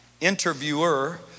interviewer